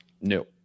no